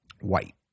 White